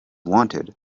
wanted